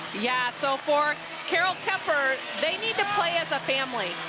yeah, so for carroll kuemper, they need to play as a family.